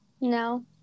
No